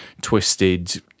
twisted